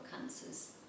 cancers